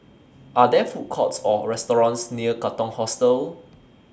Are There Food Courts Or restaurants near Katong Hostel